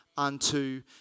unto